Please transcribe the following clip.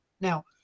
now